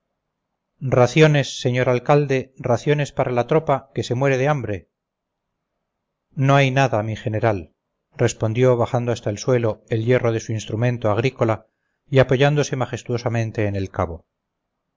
raciones señor alcalde raciones para la tropa que se muere de hambre no hay nada mi general respondió bajando hasta el suelo el hierro de su instrumento agrícola y apoyándose majestuosamente en el cabo